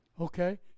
Okay